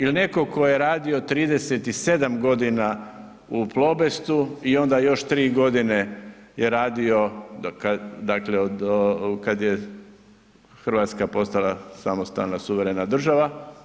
Ili netko tko je radio 37 godina u Plobestu i onda još 3 godine je radio, dakle kad je Hrvatska postala samostalna, suverena država?